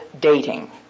dating